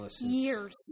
years